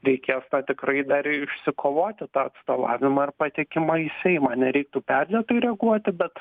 reikės tą tikrai dar ir išsikovoti tą atstovavimą ir patekimą į seimą nereiktų perdėtai reaguoti bet